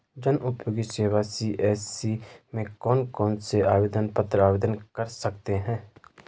जनउपयोगी सेवा सी.एस.सी में कौन कौनसे आवेदन पत्र आवेदन कर सकते हैं?